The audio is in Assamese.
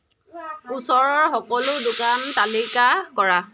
ওচৰৰ সকলো দোকান তালিকা কৰা